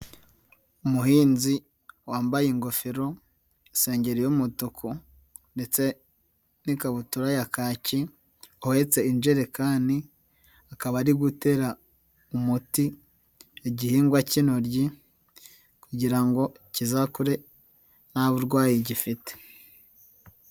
Umuhinzi wambaye ingofero, isengegeri y'umutuku ndetse n'ikabutura ya kaki, uhetse injerekani, akaba ari gutera umuti igihingwa cy'intoryi kugira ngo kizakure nta burwayi gifite.